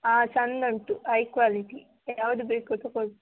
ಹಾಂ ಚಂದ ಉಂಟು ಐ ಕ್ವಾಲಿಟಿ ಯಾವ್ದು ಬೇಕೊ ತಗೋಳಿ